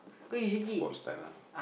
sports time ah